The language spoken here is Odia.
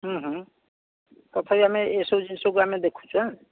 ତଥାପି ଆମେ ଏସବୁ ଜିନିଷକୁ ଆମେ ଦେଖୁଚୁ